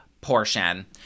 portion